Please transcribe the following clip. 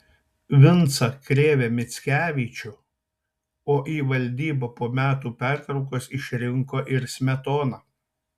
vincą krėvę mickevičių o į valdybą po metų pertraukos išrinko ir smetoną